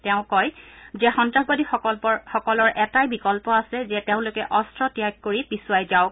তেওঁ কয় যে সন্তাসবাদীসকলৰ এটাই বিকল্প আছে যে তেওঁলোকে অন্ত্ৰ ত্যাগ কৰি পিচূৱাই যাওক